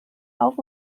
auf